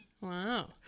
Wow